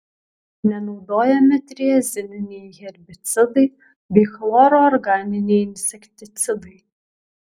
nenaudojami triazininiai herbicidai bei chloro organiniai insekticidai